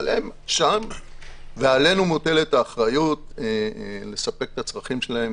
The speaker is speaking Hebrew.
אבל עכשיו הם שם ועלינו מוטלת האחריות לספק את הצרכים שלהם,